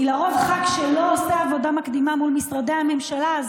כי לרוב ח"כ שלא עושה עבודה מקדימה מול משרדי הממשלה,